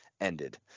ended